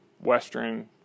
Western